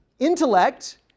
Intellect